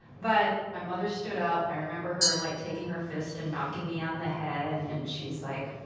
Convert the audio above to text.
but my mother stood up. i remember her like taking her fist and knocking me on the head, and she's like,